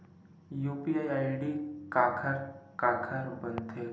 UPI ID काखर काखर बनथे?